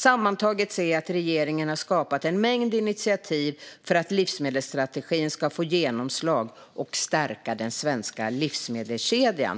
Sammantaget ser jag att regeringen har skapat en mängd initiativ för att livsmedelsstrategin ska få genomslag och stärka den svenska livsmedelskedjan.